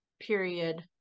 period